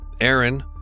Aaron